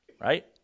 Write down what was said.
right